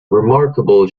remarkable